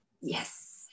Yes